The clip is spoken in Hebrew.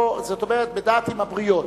זאת אומרת בדעת עם הבריות.